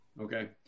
okay